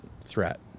threat